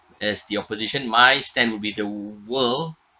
as the opposition my stand would be the world